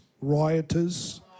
rioters